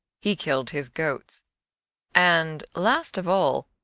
he killed his goats and, last of all,